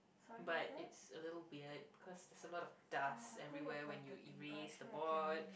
but it's a little weird cause there's a lot of dust everywhere when you erase the board